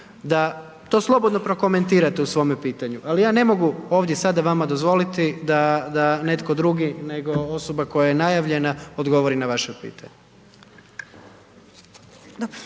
da to slobodno prokomentirate u svome pitanju, ali ja ne mogu ovdje sada vama dozvoliti da netko drugi nego osoba koja je najavljena odgovori na vaše pitanje.